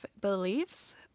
beliefs